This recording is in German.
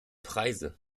preise